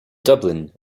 dublin